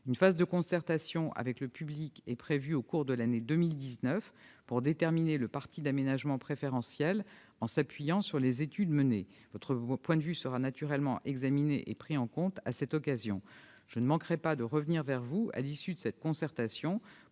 Une phase de concertation avec le public est prévue au cours de l'année 2019 pour déterminer le parti d'aménagement préférentiel en s'appuyant sur les études menées. Votre point de vue sera donc examiné et pris en compte à cette occasion. Je ne manquerai pas de revenir vers vous à l'issue de cette concertation